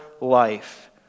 life